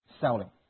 selling